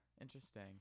Interesting